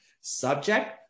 Subject